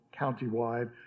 countywide